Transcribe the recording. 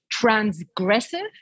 transgressive